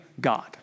God